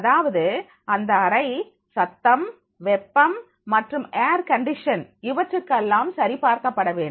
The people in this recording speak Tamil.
அதாவது அந்த அறை சத்தம் வெப்பம் மற்றும் ஏர் கண்டிஷன் இவற்றுக்கெல்லாம் சரி பார்க்கப்பட வேண்டும்